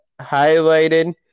highlighted